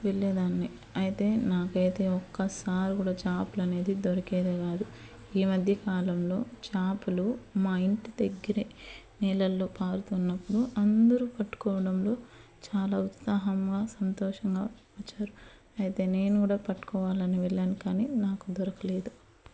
వెళ్ళేదాన్ని అయితే నాకైతే ఒక్కసారి కూడా చాప్లనేది దొరికేదేకాదు ఈమధ్య కాలంలో చాపలు మా ఇంటి దగ్గరే నీళ్లలో పారుతున్నప్పుడు అందరూ పట్టుకోవడంలో చాలా ఉత్సాహంగా సంతోషంగా వచ్చారు అయితే నేను కూడా పట్టుకోవాలని వెళ్ళాను కానీ నాకు దొరకలేదు